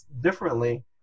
differently